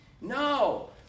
No